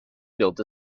built